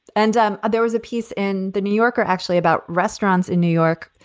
and um there was a piece in the new yorker actually about restaurants in new york,